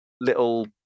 little